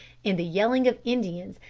and the yelling of indians,